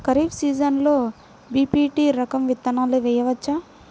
ఖరీఫ్ సీజన్లో బి.పీ.టీ రకం విత్తనాలు వేయవచ్చా?